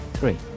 Three